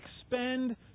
expend